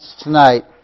tonight